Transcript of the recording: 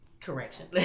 correction